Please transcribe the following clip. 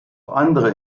andere